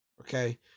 okay